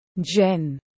Jen